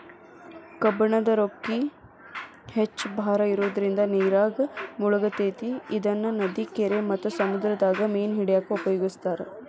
ಕಬ್ಬಣದ ಕೊಕ್ಕಿ ಹೆಚ್ಚ್ ಭಾರ ಇರೋದ್ರಿಂದ ನೇರಾಗ ಮುಳಗತೆತಿ ಇದನ್ನ ನದಿ, ಕೆರಿ ಮತ್ತ ಸಮುದ್ರದಾಗ ಮೇನ ಹಿಡ್ಯಾಕ ಉಪಯೋಗಿಸ್ತಾರ